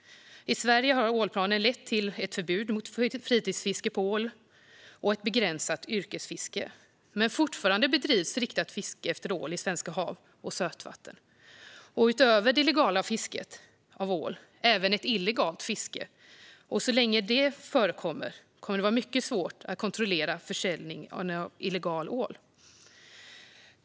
I Sverige har ålplanen lett till ett förbud mot fritidsfiske av ål och ett begränsat yrkesfiske. Men fortfarande bedrivs riktat fiske efter ål i svenska hav och sötvatten. Utöver det legala fisket av ål bedrivs även ett illegalt fiske. Så länge det förekommer kommer det att vara mycket svårt att kontrollera försäljning av illegal ål.